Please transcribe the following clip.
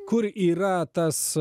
kur yra tas